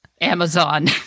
Amazon